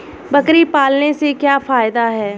बकरी पालने से क्या फायदा है?